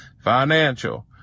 financial